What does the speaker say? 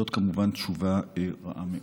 זאת, כמובן, תשובה רעה מאוד.